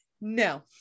no